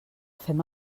fem